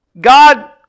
God